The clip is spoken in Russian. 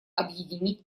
объединять